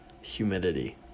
humidity